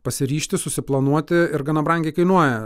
pasiryžti susiplanuoti ir gana brangiai kainuoja